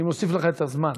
אני מוסיף לך את הזמן,